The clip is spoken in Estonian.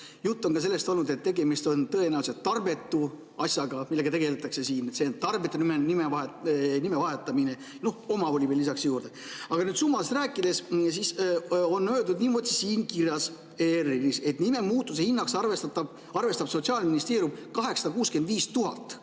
Juttu on ka sellest olnud, et tegemist on tõenäoliselt tarbetu asjaga, millega siin tegeldakse. See on tarbetu nimevahetamine ja omavoli veel lisaks juurde. Aga kui summast rääkida, siis on öeldud – niimoodi oli kirjas ERR-is –, et nimemuutuse hinnaks arvestab Sotsiaalministeerium 865 000